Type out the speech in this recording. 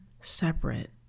separate